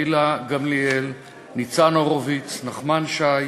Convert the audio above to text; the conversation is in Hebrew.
גילה גמליאל, ניצן הורוביץ, נחמן שי